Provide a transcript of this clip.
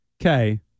okay